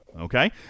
Okay